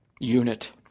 unit